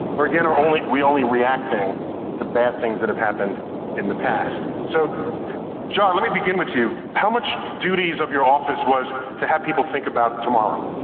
or again, are we only reacting to bad things that have happened in the past. so john, let me begin with you. how much duties of your office was to have people think about tomorrow?